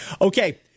Okay